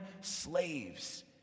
slaves